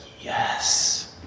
yes